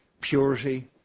purity